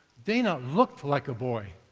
dana looked like a boy.